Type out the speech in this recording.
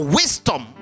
wisdom